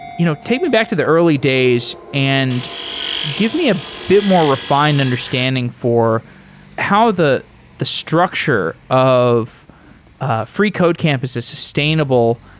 you know take me back to the early days and give me a bit more refined understanding for how the the structure of ah freecodecampus is a sus tainable,